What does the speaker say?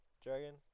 dragon